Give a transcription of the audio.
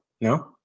No